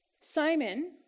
Simon